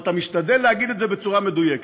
אבל אתה משתדל להגיד את זה בצורה מדויקת.